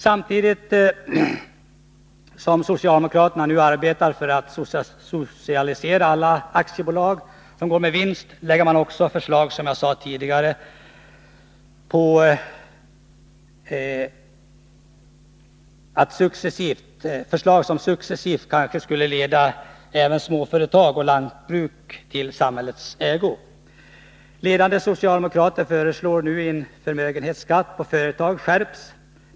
Samtidigt som socialdemokraterna nu arbetar på att socialisera alla aktiebolag som går med vinst, lägger man också fram förslag, som jag sagt tidigare, som kanske leder till att även småföretag och lantbruk successivt förs över i samhällets ägo. Ledande socialdemokrater föreslår nu att förmögenhetsskatten för företag skärps.